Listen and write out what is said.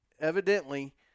evidently